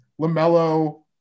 LaMelo